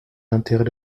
l’intérêt